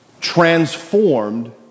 transformed